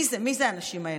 מי זה, מי האנשים האלה?